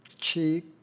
cheek